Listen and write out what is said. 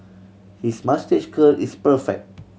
his moustache curl is perfect